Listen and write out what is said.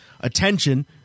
attention